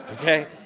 okay